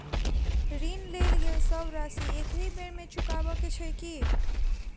ऋण लेल गेल सब राशि एकहि बेर मे चुकाबऽ केँ छै की?